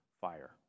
fire